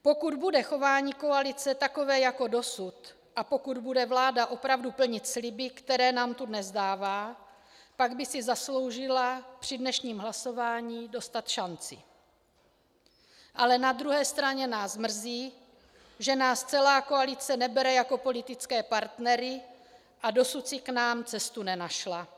Pokud bude chování koalice takové jako dosud a pokud bude vláda opravdu plnit sliby, které nám tu dnes dává, pak by si zasloužila při dnešním hlasování dostat šanci, ale na druhé straně nás mrzí, že nás celá koalice nebere jako politické partnery a dosud si k nám cestu nenašla.